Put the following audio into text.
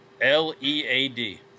L-E-A-D